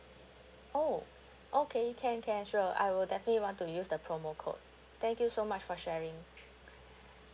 oh okay can can sure I will definitely want to use the promo code thank you so much for sharing